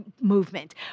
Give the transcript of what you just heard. movement